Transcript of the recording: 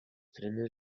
trenes